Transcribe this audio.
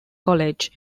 college